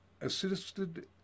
assisted